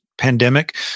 pandemic